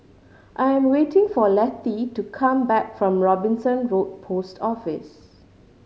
I am waiting for Lettie to come back from Robinson Road Post Office